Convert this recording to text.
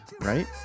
right